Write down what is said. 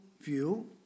view